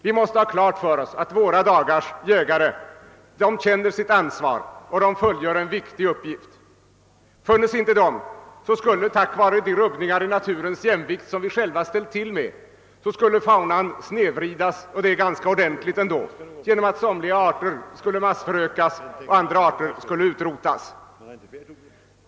Vi måste ha klart för oss att våra dagars jägare känner sitt ansvar och fullgör en viktig uppgift. Funnes inte de, skulle på grund av de rubbningar i naturens jämvikt, som vi själva vållat, faunan avsevärt snedvridas genom att somliga arter skulle massförökas och andra utrotas.